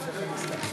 (קוראת בשמות חברי הכנסת)